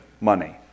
money